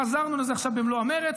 חזרנו לזה עכשיו במלוא המרץ.